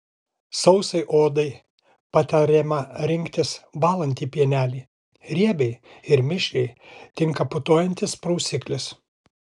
sausai odai patariama rinktis valantį pienelį riebiai ir mišriai tinka putojantis prausiklis